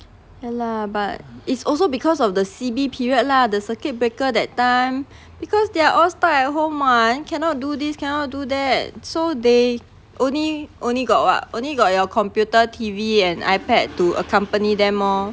yeah lah but it's also because of the C_B period lah the circuit breaker that time because they are all stuck at home [what] then cannot do this cannot do that so they only only got [what] only got your computer T_V and ipad to accompany them lor